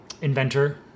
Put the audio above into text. inventor